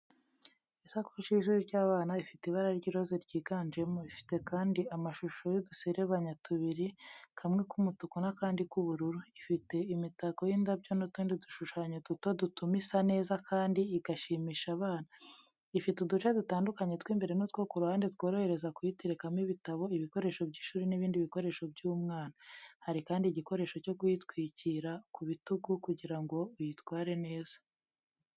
Isakoshi y’ishuri y’abana, ifite ibara ry'iroza ryiganjemo, ifite kandi amashusho y’uduserebanya tubiri, kamwe k’umutuku n’akandi k’ubururu. Ifite imitako y’indabyo n’utundi dushushanyo duto dutuma isa neza kandi igashimisha abana. Ifite uduce dutandukanye tw’imbere n’utwo ku ruhande tworohereza kuyiterekamo ibitabo, ibikoresho by’ishuri n’ibindi bikoresho by’umwana. Hari kandi igikoresho cyo kuyitwikira ku bitugu kugira ngo uyitware neza.